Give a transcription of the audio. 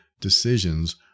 decisions